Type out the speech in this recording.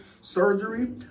surgery